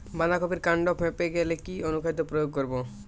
বাঁধা কপির কান্ড ফেঁপে গেলে কি অনুখাদ্য প্রয়োগ করব?